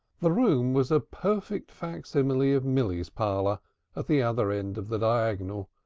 the room was a perfect fac-simile of milly's parlor at the other end of the diagonal,